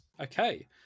Okay